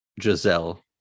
Giselle